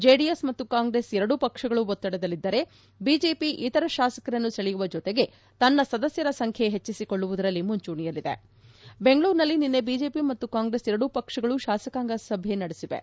JDS ಮತ್ತು ಕಾಂಗ್ರೆಸ್ ಎರಡೂ ಪಕ್ಷಗಳು ಒತ್ತಡದಲ್ಲಿದ್ದರೆ ಬಿಜೆಪಿ ಇತರ ಶಾಸಕರನ್ನು ಸೆಳೆಯುವ ಜತೆಗೆ ತನ್ನ ಸದಸ್ಟರ ಸಂಖ್ಯೆಯನ್ನು ಹೆಚ್ಚಿಸಿಕೊಳ್ಳುವುದರಲ್ಲಿ ಮುಂಚೂಣೆಯಲ್ಲಿದೆ ಬೆಂಗಳೂರಿನಲ್ಲಿ ನಿನ್ನೆ ಬಿಜೆಪಿ ಮತ್ತು ಕಾಂಗ್ರೆಸ್ ಎರಡೂ ಪಕ್ಷಗಳು ಶಾಸಕಾಂಗ ಸಭೆ ನಡೆಸಿವೆ